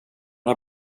har